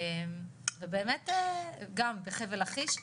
גם בחבל לכיש,